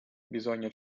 bisogna